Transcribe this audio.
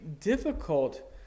difficult